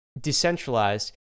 decentralized